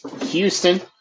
Houston